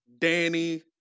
danny